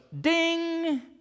ding